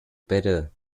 better